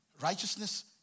righteousness